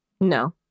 No